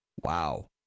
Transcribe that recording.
Wow